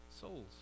Souls